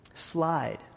Slide